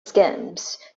schemes